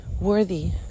worthy